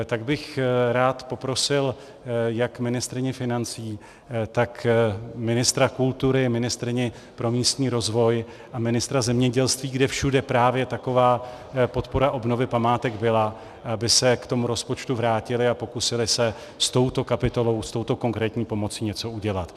Tak bych rád poprosil jak ministryni financí, tak ministra kultury, ministryni pro místní rozvoj a ministra zemědělství, kde všude právě taková podpora obnovy památek byla, aby se k tomu rozpočtu vrátili a pokusili se s touto kapitolou, s touto konkrétní pomocí něco udělat.